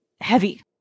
heavy